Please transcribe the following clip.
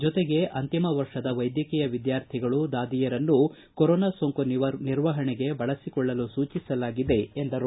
ಜೊತೆಗೆ ಅಂತಿಮ ವರ್ಷದ ವೈದ್ಯಕೀಯ ವಿದ್ಗಾರ್ಥಿಗಳು ದಾದಿಯರನ್ನು ಕೊರೋನಾ ಸೋಂಕು ನಿರ್ವಹಣೆಗೆ ಬಳಸಿಕೊಳ್ಳಲು ಸೂಚಿಸಲಾಗಿದೆ ಎಂದರು